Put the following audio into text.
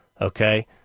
okay